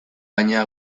baina